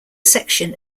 section